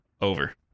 over